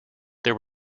there